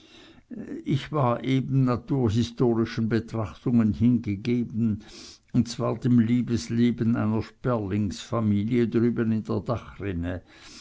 ich war eben naturhistorischen betrachtungen hingegeben und zwar dem liebesleben einer sperlingsfamilie drüben in der dachrinne